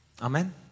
Amen